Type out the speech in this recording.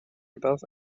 above